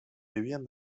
vivien